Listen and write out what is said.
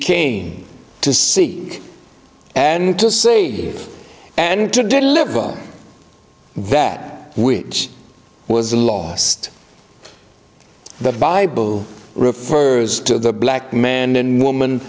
came to seek and to save and to deliver that which was the last the bible refers to the black man and woman